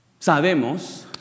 Sabemos